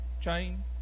chain